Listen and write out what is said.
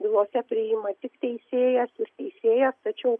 bylose priima tik teisėjas ir teisėjas tačiau